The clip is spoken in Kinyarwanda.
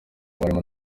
abarimu